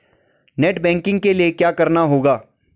Net banking के लिए क्या करना होगा?